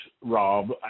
Rob